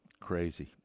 Crazy